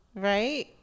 right